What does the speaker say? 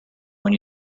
when